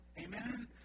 Amen